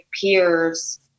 peers